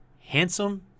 Handsome